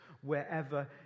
wherever